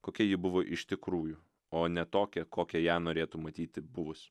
kokia ji buvo iš tikrųjų o ne tokią kokią ją norėtų matyti buvus